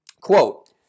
Quote